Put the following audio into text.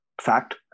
fact